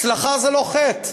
הצלחה זה לא חטא.